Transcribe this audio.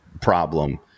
problem